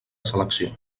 selecció